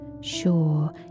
sure